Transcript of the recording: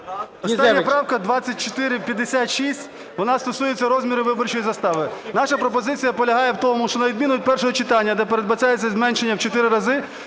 Остання правка 2456, вона стосується розміру виборчої застави. Наша пропозиція полягає в тому, що на відміну від першого читання, де передбачається зменшення в 4 рази,